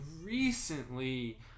recently